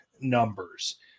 numbers